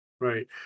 Right